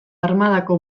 armadako